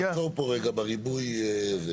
תעצור פה רגע בריבוי התדיינויות.